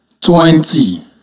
twenty